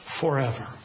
forever